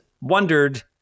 wondered